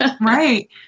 right